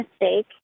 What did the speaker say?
mistake